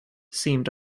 seemed